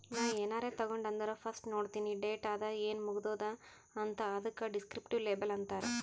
ನಾ ಏನಾರೇ ತಗೊಂಡ್ ಅಂದುರ್ ಫಸ್ಟ್ ನೋಡ್ತೀನಿ ಡೇಟ್ ಅದ ಏನ್ ಮುಗದೂದ ಅಂತ್, ಅದುಕ ದಿಸ್ಕ್ರಿಪ್ಟಿವ್ ಲೇಬಲ್ ಅಂತಾರ್